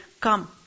come